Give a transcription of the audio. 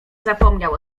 zapomniał